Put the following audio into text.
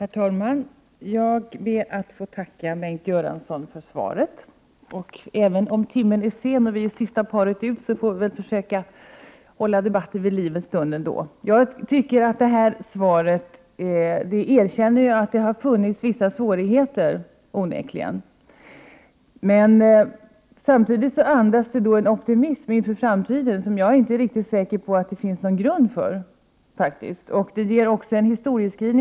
Herr talman! Jag ber att få tacka Bengt Göransson för svaret. Även om timmen är sen och vi är sista paret ut, får vi försöka hålla debatten vid liv en stund till. Jag erkänner att det onekligen måste ha varit vissa svårigheter att besvara mina frågor. Samtidigt andas svaret en optimism inför framtiden som jag inte är riktigt säker på att det finns grund för. Historieskrivningen är också litet väl glättad.